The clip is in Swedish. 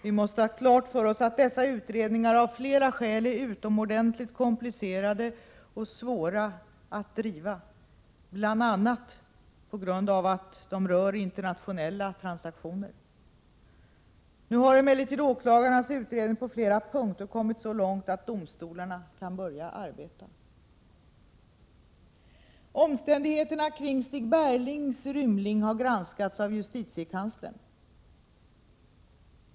Vi måste ha klart för oss att dessa utredningar av flera skäl är utomordentligt komplicerade och svåra att driva, bl.a. på grund av att de rör internationella transaktioner. Nu har emellertid åklagarnas utredning på flera punkter kommit så långt att domstolarna kan börja arbeta. Omständigheterna kring Stig Berglings rymning har granskats av justitiekanslern.